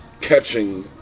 catching